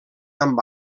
amb